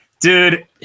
Dude